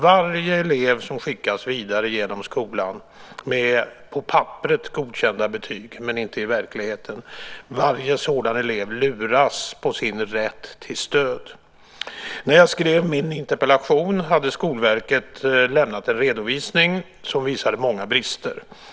Varje elev som skickas vidare genom skolan med på pappret godkända betyg men inte i verkligheten luras på sin rätt till stöd. När jag skrev min interpellation hade Skolverket lämnat en redovisning som visade många brister.